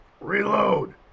reload